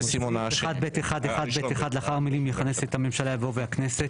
בסעיף 1(ב1)(1)(ב)(1) לאחר המילים 'יכנס את הממשלה' יבוא 'והכנסת'.